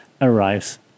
arrives